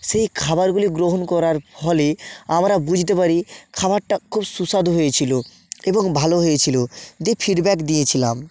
সেই খাবারগুলি গ্রহণ করার ফলে আমরা বুঝতে পারি খাবারটা খুব সুস্বাদু হয়েছিল এবং ভালো হয়েছিল দিয়ে ফিডব্যাক দিয়েছিলাম